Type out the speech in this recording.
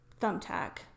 Thumbtack